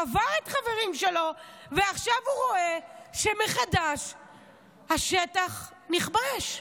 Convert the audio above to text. קבר את החברים שלו ועכשיו הוא רואה שהשטח נכבש מחדש?